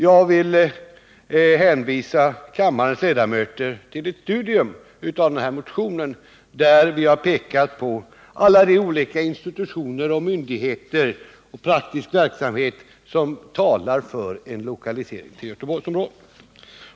Jag vill hänvisa kammarens ledamöter till ett studium av denna motion, där vi har pekat på alla de olika institutioner och myndigheter i praktisk verksamhet som talar för en lokalisering till Göteborgsområdet.